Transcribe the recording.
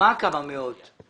מה כמה מאות?